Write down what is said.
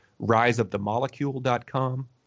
riseofthemolecule.com